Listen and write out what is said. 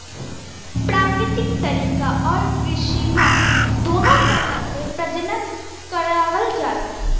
प्राकृतिक तरीका आउर कृत्रिम दूनो तरह से प्रजनन करावल जाला